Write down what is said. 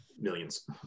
millions